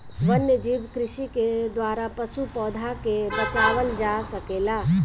वन्यजीव कृषि के द्वारा पशु, पौधा के बचावल जा सकेला